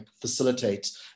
facilitate